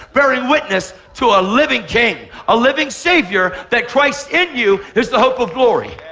bearing witness to a living chain, a living savior that christ in you is the hope of glory.